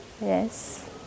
yes